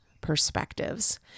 perspectives